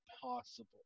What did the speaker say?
possible